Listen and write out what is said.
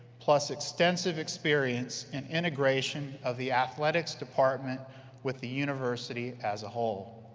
plus extensive experience in integration of the athletics department with the university as a whole.